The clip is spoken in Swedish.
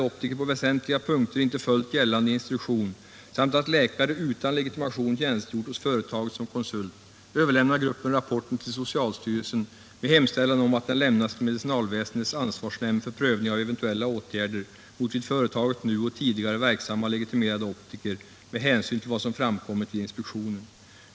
optiker på väsentliga punkter inte följt gällande instruktion samt — att läkare utan legitimation tjänstgjort hos företaget som konsult överlämnar gruppen rapporten till socialstyrelsen med hemställan om att den lämnas till medicinalväsendets ansvarsnämnd för prövning av eventuella åtgärder mot vid företaget nu och tidigare verksamma leg. optiker med hänsyn till vad som framkommit vid inspektionen.